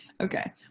Okay